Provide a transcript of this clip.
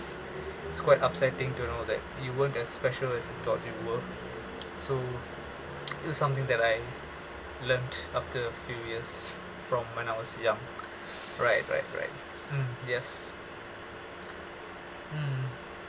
is quite upsetting to know that you weren't as special as you thought you were so it's something that I learnt from after few years from when I was young right right right mm yes mm